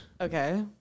Okay